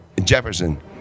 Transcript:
Jefferson